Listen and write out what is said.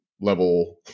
level